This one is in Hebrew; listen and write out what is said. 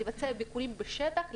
לבצע ביקורים בשטח,